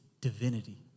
divinity